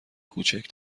کوچک